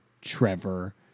Trevor